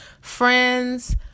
friends